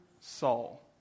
Saul